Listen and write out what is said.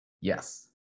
yes